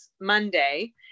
Monday